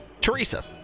Teresa